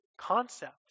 concept